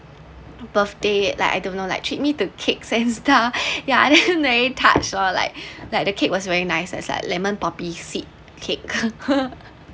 birthday like I don't know like treat me to cakes and stuff yeah and then very touched all like like the cake was very nice as like lemon poppy seed cake